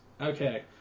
Okay